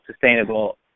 sustainable